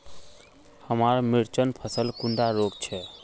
हमार मिर्चन फसल कुंडा रोग छै?